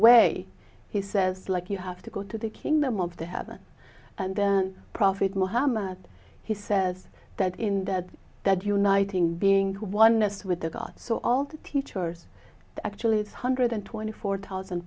way he says like you have to go to the kingdom of the heaven and then prophet muhammad he says that in that that uniting being one messed with a god so all the teachers actually it's hundred twenty four thousand